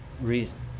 reason